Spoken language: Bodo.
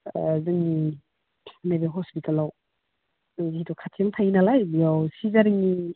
जोंनि नैबे हस्पिटालाव जों जितु खाथियावनो थायो नालाय बेयाव सिजारेननि